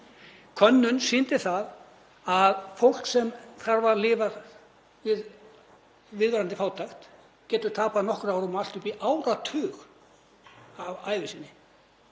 Könnun sýndi það að fólk sem þarf að lifa við viðvarandi fátækt getur tapað nokkrum árum og allt upp í áratug af ævi sinni.